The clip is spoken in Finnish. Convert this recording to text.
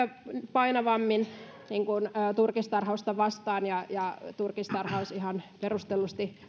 painavammin turkistarhausta vastaan ja ja turkistarhaus ihan perustellusti